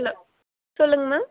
hello சொல்லுங்கள் ma'am